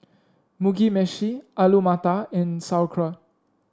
Mugi Meshi Alu Matar and Sauerkraut